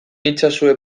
itzazue